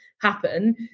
happen